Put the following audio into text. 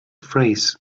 phrase